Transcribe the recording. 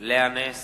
לאה נס,